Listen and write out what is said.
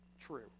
true